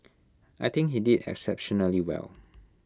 I think he did exceptionally well